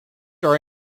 are